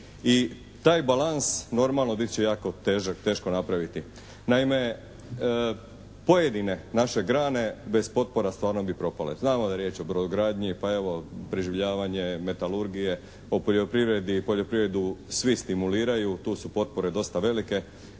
i taj balans normalno bit će jako težak, teško napraviti. Naime pojedine naše grane bez potpora stvarno bi propale. Znamo da je riječ o brodogradnji, pa evo preživljavanje metalurgije, o poljoprivredi i poljoprivredu svi stimuliraju, tu su potpore dosta velike